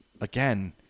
again